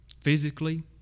physically